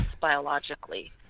biologically